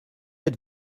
êtes